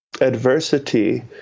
adversity